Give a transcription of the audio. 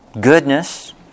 goodness